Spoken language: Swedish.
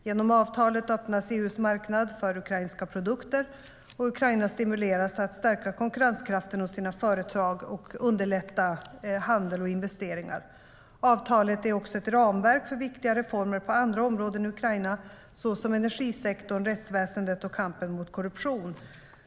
Genom avtalet öppnas EU:s marknad för ukrainska produkter, och Ukraina stimuleras att stärka konkurrenskraften hos sina företag och underlätta handel och investeringar. Avtalet är också ett ramverk för viktiga reformer på andra områden i Ukraina såsom energisektorn, rättsväsendet och kampen mot korruption.